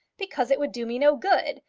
because it would do me no good.